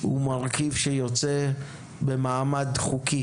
הוא מרכיב שיוצא במעמד חוקי